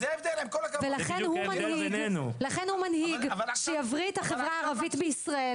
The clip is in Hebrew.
לכן הוא מנהיג שיבריא את החברה הערבית בישראל